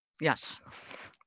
Yes